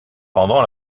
pendant